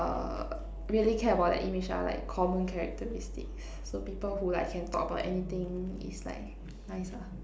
uh really care about their image are like common characteristics so people who like can talk about anything is like nice ah